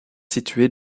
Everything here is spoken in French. située